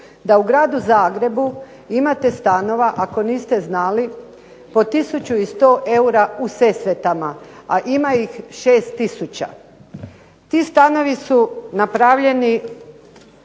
da u gradu Zagrebu imate stanova ako niste znali po tisuću 100 eura u Sesvetama a ima ih 6 tisuća. Ti stanovi su napravljeni